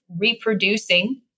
reproducing